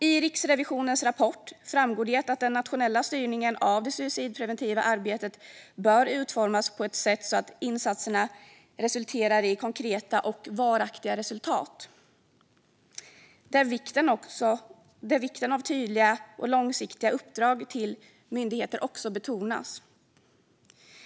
I Riksrevisionens rapport framgår det att den nationella styrningen av det suicidpreventiva arbetet bör utformas på ett sådant sätt att insatserna ger konkreta och varaktiga resultat. Dessutom betonas vikten av tydliga och långsiktiga uppdrag till myndigheter.